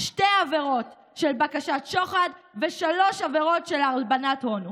בשתי עבירות של בקשת שוחד ושלוש עבירות של הלבנת הון.